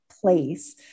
place